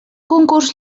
concurs